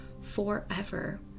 forever